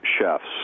chefs